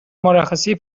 مرخصی